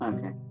Okay